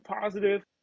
positive